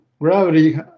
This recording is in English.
gravity